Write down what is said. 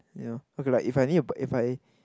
you know okay lah if I need buy if I